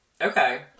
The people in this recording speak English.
Okay